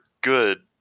good